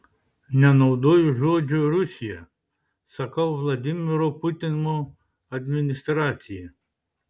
nenaudoju žodžio rusija sakau vladimiro putino administracija